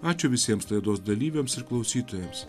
ačiū visiems laidos dalyviams ir klausytojams